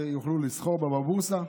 יוכלו לסחור בו גם בבורסה.